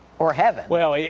or heaven. well, yeah